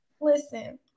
listen